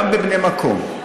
גם בבני המקום,